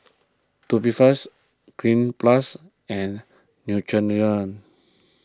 Tubifast Cleanz Plus and Neutrogena